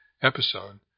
episode